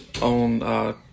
on